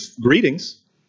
greetings